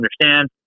understand